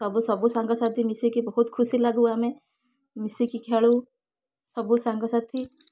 ସବୁ ସବୁ ସାଙ୍ଗସାଥି ମିଶିକି ବହୁତ ଖୁସି ଲାଗୁ ଆମେ ମିଶିକି ଖେଳୁ ସବୁ ସାଙ୍ଗସାଥି